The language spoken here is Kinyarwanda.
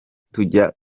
tujya